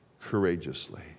courageously